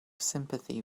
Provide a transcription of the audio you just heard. sympathy